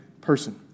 person